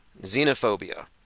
xenophobia